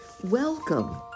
Welcome